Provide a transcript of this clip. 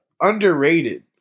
underrated